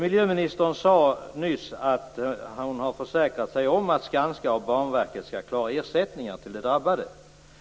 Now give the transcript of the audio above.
Miljöministern sade nyss att hon har försäkrat sig om att Skanska och Banverket skall klara av ersättningarna till de drabbade.